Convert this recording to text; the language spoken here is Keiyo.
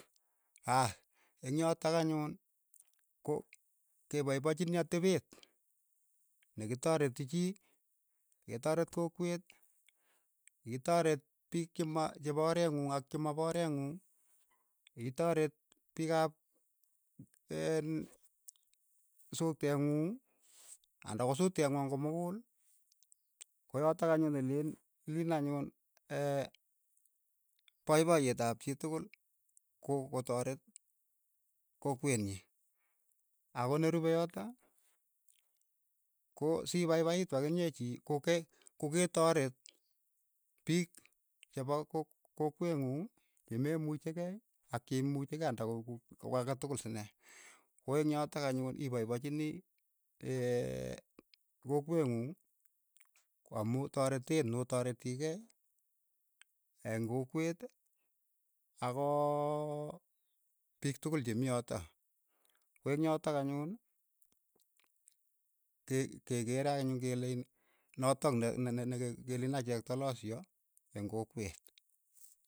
Aah eng' yotok anyuun, ko ke paipachini atepet ne kitareti chii, ke taret kokweet, itaret piik che mo che po oreet ng'ung ak che mo po oreet ng'ung, itoret piik ap en' suteeng'ung, anda ko suteengwong' ko mukul, koyot anyun ne leen iliin anyun poipoyeet ap chii tukul ko- kotoret kokwet nyi, ako ne rupe yotok, ko si paipaitu ak inyee chii ko ke ko ke toret piik chepo kok kokwet ng'ung yememuchi kei ak che imuchi kei anda ko- ko- ko ake tukul sinee, ko eng' yotok anyun ipaipachinii kokwet ng'ung amu toreteet no toretii kei eng' kokwet akoo piik tokol che mii yotok, ko eng' yotok anyun, ke- kegeere anyun kele iin, notok ne- ne--ne keleen tolosyo eng' kokwet.